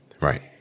Right